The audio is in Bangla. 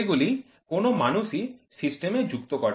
এগুলি কোনও মানুষই সিস্টেমে যুক্ত করে